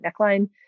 neckline